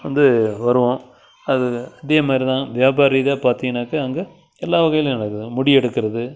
வந்து வருவோம் அது இதேமாதிரிதான் வியாபாரிதான் பார்த்தீங்கன்னாக்கா அங்கே எல்லா வகையிலேயும் முடி எடுக்கிறது